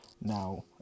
now